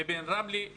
לבין רמלה,